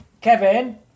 Kevin